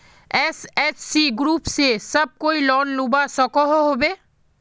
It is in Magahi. एस.एच.जी ग्रूप से सब कोई लोन लुबा सकोहो होबे?